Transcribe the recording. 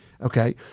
Okay